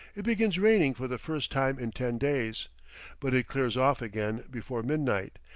it begins raining for the first time in ten days but it clears off again before midnight,